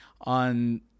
On